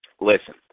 Listen